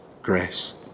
Grace